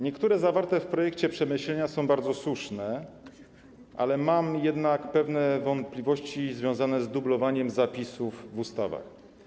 Niektóre zawarte w projekcie przemyślenia są bardzo słuszne, ale mam jednak pewne wątpliwości związane z dublowaniem zapisów w ustawach.